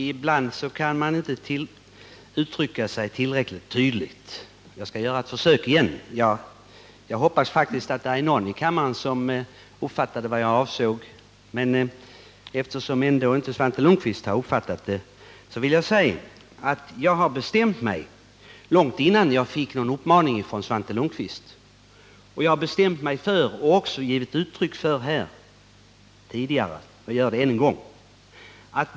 Herr talman! Ibland kan man inte uttrycka sig tillräckligt tydligt. Jag skall göra ett nytt försök, men hoppas faktiskt att åtminstone någon i kammaren uppfattade vad jag menade. Eftersom inte Svante Lundkvist gjorde det, vill jag säga att jag bestämde mig långt innan jag fick en uppmaning från honom. Jag har också givit uttryck för min uppfattning redan tidigare och gör det nu än en gång.